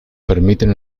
permiten